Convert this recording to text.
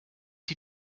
die